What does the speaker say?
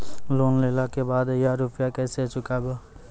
Loan लेला के बाद या रुपिया केसे चुकायाबो?